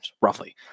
roughly